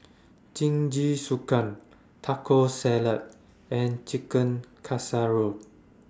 Jingisukan Taco Salad and Chicken Casserole